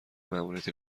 ماموریت